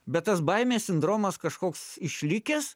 bet tas baimės sindromas kažkoks išlikęs